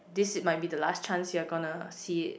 this it might be the last chance you're gonna see it